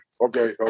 Okay